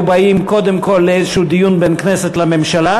באים קודם כול לאיזשהו דיון בין הכנסת לממשלה.